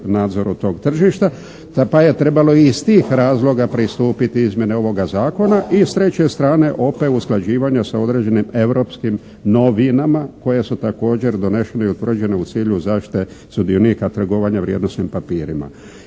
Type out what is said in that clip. nadzora tog tržišta pa je trebalo iz tih razloga pristupiti izmjene ovoga zakona i s treće strane opet usklađivanja sa određenim europskim novinama koje su također donešene i utvrđene u cilju zaštite sudionika trgovanja vrijednosnim papirima.